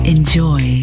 Enjoy